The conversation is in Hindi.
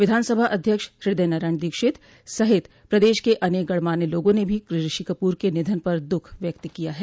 विधानसभा अध्यक्ष हृदय नारायण दीक्षित सहित प्रदेश के अनेक गणमान्य लोगों ने भी ऋषि कपूर के निधन पर दुःख व्यक्त किया है